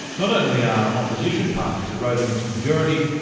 not only are opposition parties eroding its majority,